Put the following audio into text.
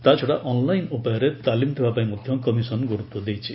ତାଛଡ଼ା ଅନ୍ଲାଇନ୍ ଉପାୟରେ ତାଲିମ ଦେବା ପାଇଁ ମଧ୍ୟ କମିଶନ୍ ଗୁରୁତ୍ୱ ଦେଇଛି